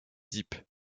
deep